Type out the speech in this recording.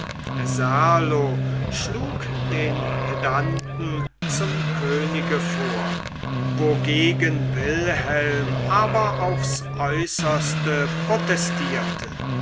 serlo schlug den pedanten zum könige vor wogegen wilhelm aber aufs äußerste protestierte